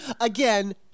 Again